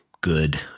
good